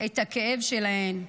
את הכאב שלהן,